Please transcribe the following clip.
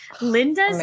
Linda's